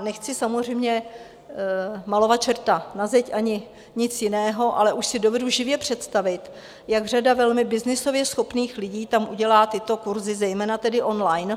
Nechci samozřejmě malovat čerta na zeď, ani nic jiného, ale už si dovedu živě představit, jak řada velmi byznysově schopných lidí tam udělá tyto kurzy, zejména tedy online.